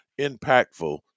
impactful